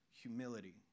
humility